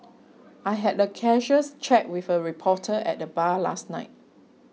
I had a casual chat with a reporter at the bar last night